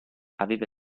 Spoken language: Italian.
aveva